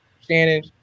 Shannon